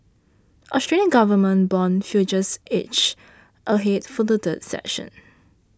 Australian government bond futures inched ahead for a third session